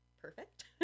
perfect